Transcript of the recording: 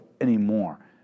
anymore